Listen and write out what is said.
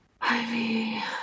Ivy